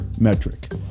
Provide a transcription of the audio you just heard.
metric